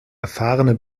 erfahrene